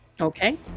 Okay